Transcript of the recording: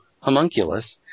homunculus